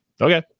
Okay